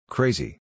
Crazy